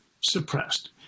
suppressed